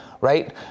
right